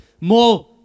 More